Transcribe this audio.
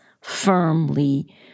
firmly